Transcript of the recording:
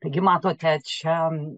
taigi matote čia